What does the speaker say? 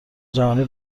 جهانی